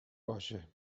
باشه